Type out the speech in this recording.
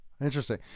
Interesting